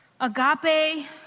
agape